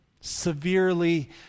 severely